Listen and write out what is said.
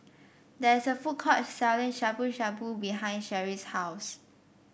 there is a food court selling Shabu Shabu behind Cherrie's house